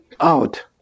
out